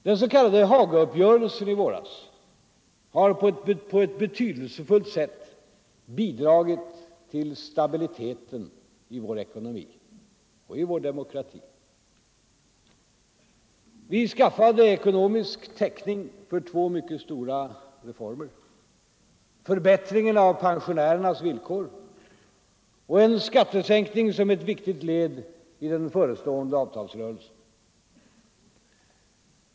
Den s.k. Hagauppgörelsen i våras har på ett betydelsefullt sätt bidragit till stabiliteten i vår ekonomi och i vår demokrati. Vi skaffade ekonomisk täckning för två mycket stora reformer: förbättringen av pensionärernas villkor och en skattesänkning som ett viktigt led i den förestående avtalsrörelsen.